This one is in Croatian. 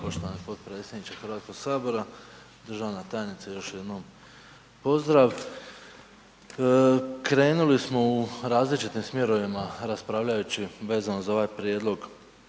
poštovani potpredsjedniče HS-a, državna tajnice, još jednom pozdrav. Krenuli smo u različitim smjerovima raspravljajući vezano uz ovaj prijedlog